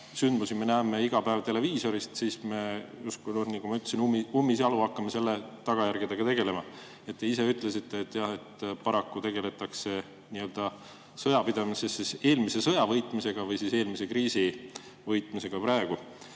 sündmusi me näeme iga päev televiisorist, siis me justkui, nagu ma ütlesin, ummisjalu hakkame selle tagajärgedega tegelema. Te ise ütlesite, et jah, paraku tegeldakse sõjapidamises eelmise sõja võitmisega või eelmise kriisi võitmisega. Kui